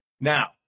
Now